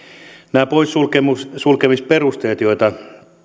on käsittämätöntä että nämä poissulkemisperusteet joita